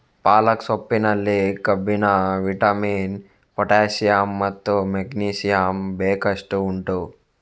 ಪಾಲಕ್ ಸೊಪ್ಪಿನಲ್ಲಿ ಕಬ್ಬಿಣ, vitamin, potassium ಮತ್ತು ಮೆಗ್ನೀಸಿಯಮ್ ಬೇಕಷ್ಟು ಉಂಟು